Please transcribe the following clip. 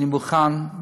אני מוכן,